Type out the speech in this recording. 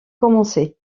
commencée